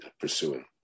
pursuing